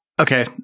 Okay